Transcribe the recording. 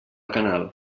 canal